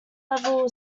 level